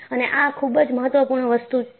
અને આ ખૂબ જ મહત્વપૂર્ણ વસ્તુ છે